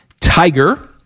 Tiger